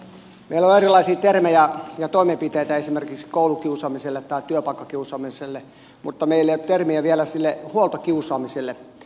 meillä on erilaisia termejä ja toimenpiteitä esimerkiksi koulukiusaamiselle tai työpaikkakiusaamiselle mutta meillä ei ole termiä vielä sille huoltokiusaamiselle